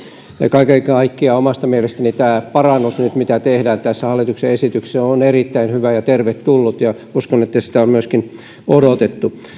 kaiken kaikkiaan omasta mielestäni tämä parannus mitä nyt tehdään tässä hallituksen esityksessä on erittäin hyvä ja tervetullut ja uskon että sitä myöskin on odotettu